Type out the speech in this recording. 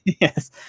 Yes